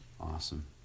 Awesome